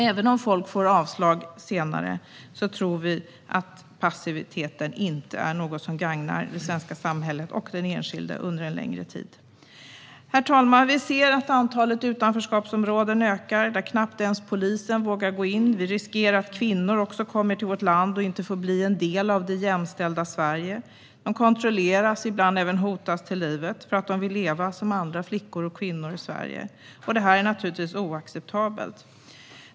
Även om folk får avslag senare tror vi att passiviteten inte är något som gagnar det svenska samhället och den enskilde under en längre tid. Herr talman! Antalet utanförskapsområden ökar. Knappt ens polisen vågar gå in. Kvinnor som kommer till vårt land riskerar att inte bli en del av det jämställda Sverige. De kontrolleras och hotas ibland även till livet för att de vill leva som andra flickor och kvinnor i Sverige. Det är naturligtvis oacceptabelt.